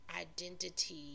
identity